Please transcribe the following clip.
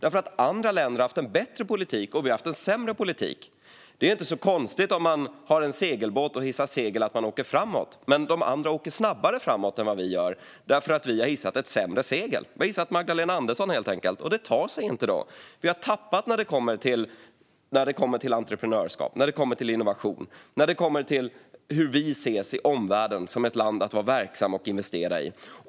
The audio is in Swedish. Andra länder har nämligen haft en bättre politik, medan vi har haft en sämre politik. Om man har en segelbåt och hissar segel är det inte så konstigt att man åker framåt. Men de andra åker snabbare framåt än vad vi gör, eftersom vi har hissat ett sämre segel. Vi har hissat Magdalena Andersson, helt enkelt, och då tar det sig inte. Vi har tappat när det kommer till entreprenörskap, när det kommer till innovation och när det kommer till hur omvärlden ser på oss som ett land att vara verksam och investera i.